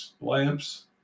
lamps